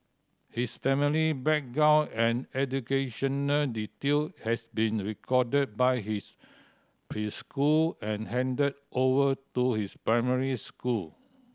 his family background and educational detail has been recorded by his preschool and handed over to his primary school